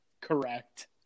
correct